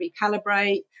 recalibrate